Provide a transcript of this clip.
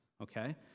okay